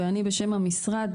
בשם המשרד,